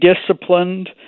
disciplined